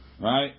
right